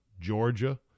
Georgia